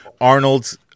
Arnold's